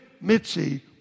Mitzi